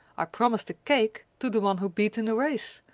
i promised a cake to the one who beat in the race.